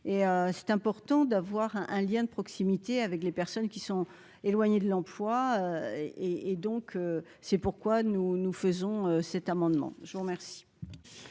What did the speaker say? c'est important d'avoir un un lien de proximité avec les personnes qui sont éloignées de l'emploi et et donc c'est pourquoi nous nous faisons cet amendement, je vous remercie.